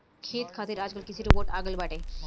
खेती खातिर आजकल कृषि रोबोट आ गइल बाटे